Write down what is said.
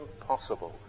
impossible